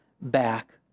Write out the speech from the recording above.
back